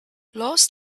last